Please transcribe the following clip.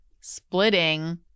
splitting